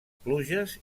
pluges